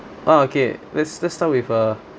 ah okay let's let's start with a